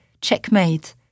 checkmate